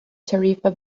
tarifa